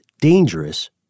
dangerous